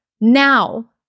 now